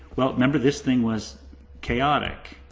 well, remember this thing was chaotic,